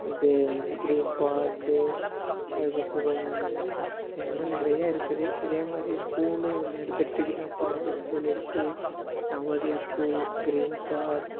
இது green park அதுக்கப்புறம் இன்னும் நிறையா இருக்குது இதே மாதிரி ஸ்கூலு இது மாரி இப்போ எடுத்துகிட்டோனால் குறிஞ்சி ஸ்கூல் இருக்குது நவோதயா ஸ்கூல் கிரீன் பார்க்